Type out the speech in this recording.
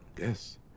Yes